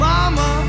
Mama